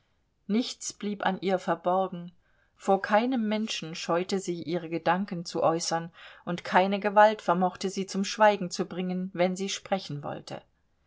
nichts blieb an ihr verborgen vor keinem menschen scheute sie ihre gedanken zu äußern und keine gewalt vermochte sie zum schweigen zu bringen wenn sie sprechen wollte